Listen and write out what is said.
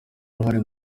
uruhare